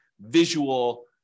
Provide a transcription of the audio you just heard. visual